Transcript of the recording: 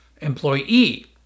employee